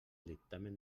dictamen